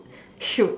chute